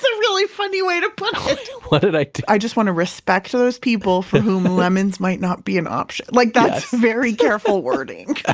ah really funny way to put um put it i i just want to respect those people for whom lemons might not be an option. like that's very careful wording